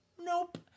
nope